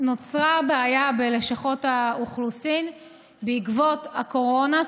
נוצרה בעיה בלשכות האוכלוסין בעקבות הקורונה,